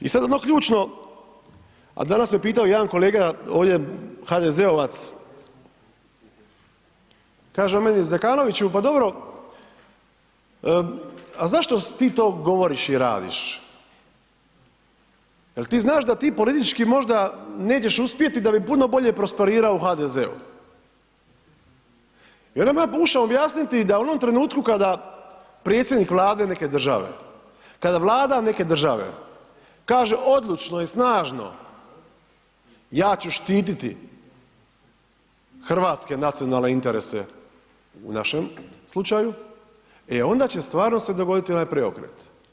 I sad ono ključno, a danas me pitao jedan kolega ovdje HDZ-ovac, kaže on meni Zekanoviću, pa dobro a zašto ti to govoriš i radiš, jel ti znaš da ti politički možda nećeš uspjeti da bi puno bolje prosperirao u HDZ-u i onda mu ja pokušavam objasniti da u onom trenutku kada predsjednik Vlade neke države, kada Vlada neke države kaže odlučno i snažno ja ću štiti hrvatske nacionalne interese u našem slučaju, e onda će stvarno se dogoditi onaj preokret.